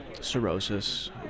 Cirrhosis